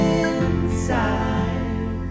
inside